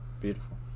Beautiful